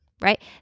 Right